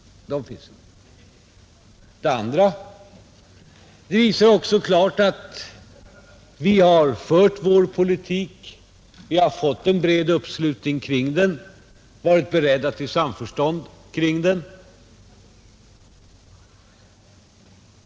Det andra som de visar klart är att vi socialdemokrater har fullföljt vår politik. Vi har fått en bred uppslutning kring den och vi har varit beredda till samförstånd kring den.